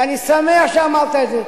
ואני שמח שאמרת את זה,